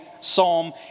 psalm